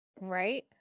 Right